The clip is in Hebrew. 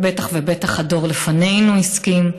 ובטח ובטח הדור לפנינו הסכים.